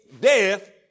death